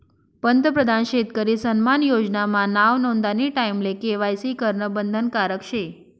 पंतप्रधान शेतकरी सन्मान योजना मा नाव नोंदानी टाईमले के.वाय.सी करनं बंधनकारक शे